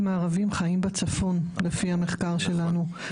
לפי המחקר שלנו,